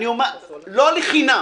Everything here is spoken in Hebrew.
לא לחינם